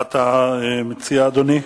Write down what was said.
מה אתה מציע, אדוני?